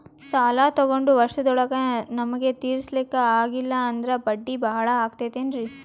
ಸಾಲ ತೊಗೊಂಡು ವರ್ಷದೋಳಗ ನಮಗೆ ತೀರಿಸ್ಲಿಕಾ ಆಗಿಲ್ಲಾ ಅಂದ್ರ ಬಡ್ಡಿ ಬಹಳಾ ಆಗತಿರೆನ್ರಿ?